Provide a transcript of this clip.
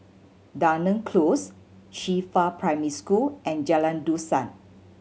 Dunearn Close Qifa Primary School and Jalan Dusan